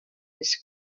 les